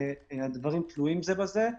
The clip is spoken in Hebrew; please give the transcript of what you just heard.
הדברים תלויים זה בזה.